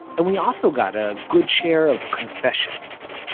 and we also got a good share of confessions.